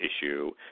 issue